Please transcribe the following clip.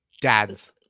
dads